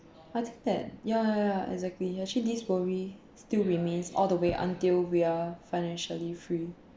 I think that ya ya ya exactly actually this worry still remains all the way until we are financially free